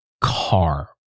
car